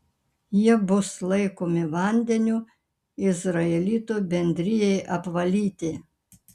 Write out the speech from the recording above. jie bus laikomi vandeniu izraelitų bendrijai apvalyti